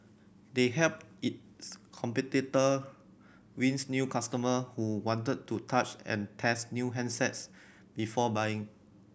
they helped its competitor wins new customer who wanted to touch and test new handsets before buying